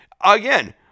Again